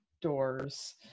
doors